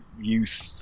youth